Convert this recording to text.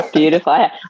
beautiful